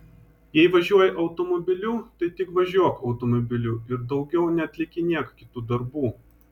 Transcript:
jei važiuoji automobiliu tai tik važiuok automobiliu ir daugiau neatlikinėk kitų darbų